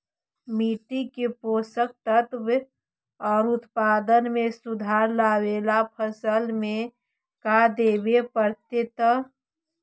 मिट्टी के पोषक तत्त्व और उत्पादन में सुधार लावे ला फसल में का देबे पड़तै तै?